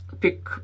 Pick